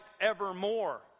evermore